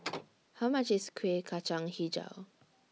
How much IS Kueh Kacang Hijau